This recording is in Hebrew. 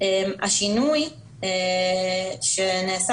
השינוי שנעשה